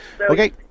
Okay